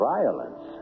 violence